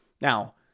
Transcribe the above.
now